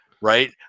right